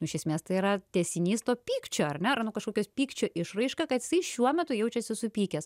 nu iš esmės tai yra tęsinys to pykčio ar ne yra nu kažkokio pykčio išraiška kad jisai šiuo metu jaučiasi supykęs